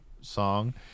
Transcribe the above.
song